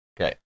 Okay